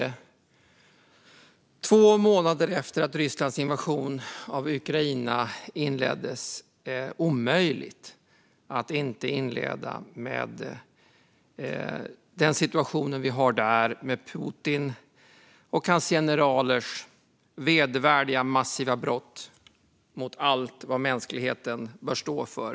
Det är två månader efter att Rysslands invasion av Ukraina inleddes fortfarande omöjligt att inte inleda ett anförande med att ta upp situationen där med Putin och hans generalers vedervärdiga massiva brott mot allt vad mänskligheten bör stå för.